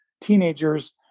teenagers